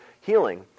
healing